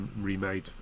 remade